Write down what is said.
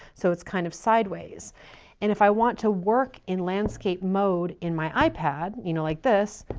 so, it's, kind of, sideways and if i want to work in landscape mode in my ipad, you know, like this,